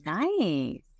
nice